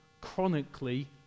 chronically